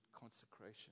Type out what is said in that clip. consecration